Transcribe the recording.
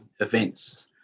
events